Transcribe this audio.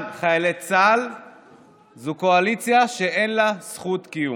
חיילי צה"ל זו קואליציה שאין לה זכות קיום.